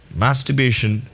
masturbation